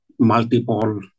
multiple